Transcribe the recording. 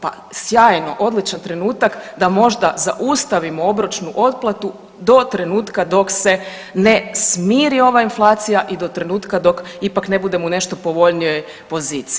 Pa sjajno, odličan trenutak da možda zaustavimo obročnu otplatu do trenutka dok se ne smiri ova inflacija i do trenutka dok ipak ne budemo u nešto povoljnijoj poziciji.